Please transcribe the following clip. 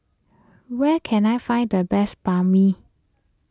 where can I find the best Banh Mi